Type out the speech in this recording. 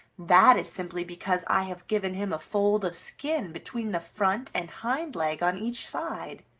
that is simply because i have given him a fold of skin between the front and hind leg on each side,